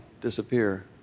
disappear